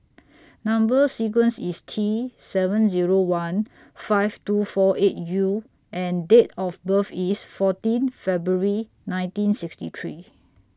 Number sequence IS T seven Zero one five two four eight U and Date of birth IS fourteen February nineteen sixty three